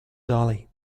dolly